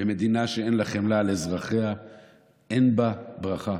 ומדינה שאין לה חמלה על אזרחיה אין בהם ברכה.